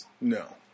no